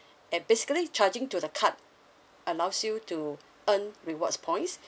and basically charging to the card allows you to earn rewards points